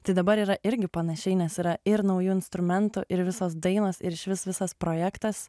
tai dabar yra irgi panašiai nes yra ir naujų instrumentų ir visos dainos ir išvis visas projektas